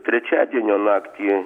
trečiadienio naktį